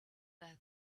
were